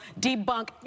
debunk